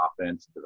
offense